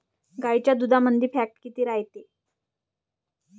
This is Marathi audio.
गाईच्या दुधामंदी फॅट किती रायते?